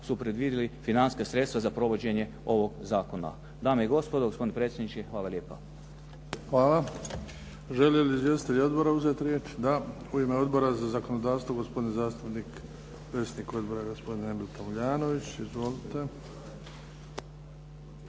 su predvidili financijska sredstva za provođenje ovog zakona. Dame i gospodo, gospodine predsjedniče hvala lijepa. **Bebić, Luka (HDZ)** Hvala. Žele li izvjestitelji odbora uzeti riječ? Da. U ime Odbora za zakonodavstvo gospodin zastupnik predsjednik odbora Emil Tomljanović. Izvolite.